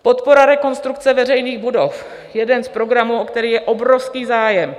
Podpora rekonstrukce veřejných budov, jeden z programů, o které je obrovský zájem.